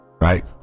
right